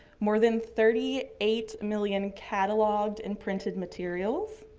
more than thirty eight million cataloged and printed materials,